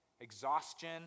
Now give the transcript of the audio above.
Exhaustion